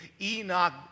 Enoch